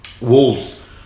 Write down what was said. Wolves